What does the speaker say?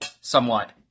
somewhat